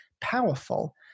powerful